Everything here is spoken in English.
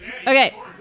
Okay